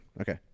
Okay